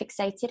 fixated